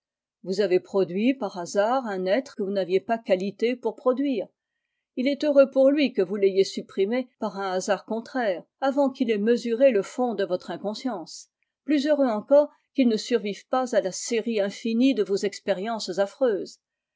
vous avez produit par hasard on être que vous n'aviez pas qualité pour produire il est heureux pour lui que vous l'ayez supprimé par un hasard contraire avant qu'il ait mesuré le fond de votre inconscience plus heureux encore qu'il ne survive pas à la série infinie de vos expériences affreuses